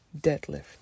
deadlift